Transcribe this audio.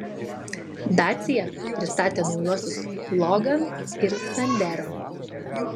dacia pristatė naujuosius logan ir sandero